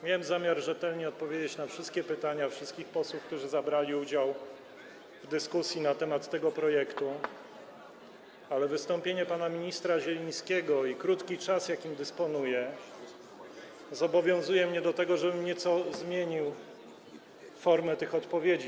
Miałem zamiar rzetelnie odpowiedzieć na wszystkie pytania od wszystkich posłów, którzy wzięli udział w dyskusji na temat tego projektu, ale wystąpienie pana ministra Zielińskiego i krótki czas, jakim dysponuję, zobowiązują mnie do tego, żebym nieco zmienił formę tych odpowiedzi.